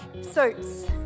suits